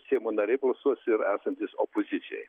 seimo nariai balsuos ir esantys opozicijoj